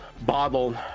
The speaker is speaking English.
bottle